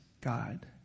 God